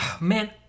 Man